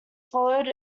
followed